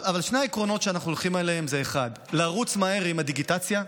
אבל שני העקרונות שאנחנו הולכים עליהם הם לרוץ מהר עם הדיגיטציה,